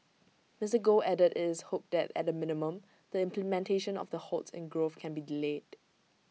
Mister Goh added is hoped that at the minimum the implementation of the halts in growth can be delayed